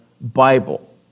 Bible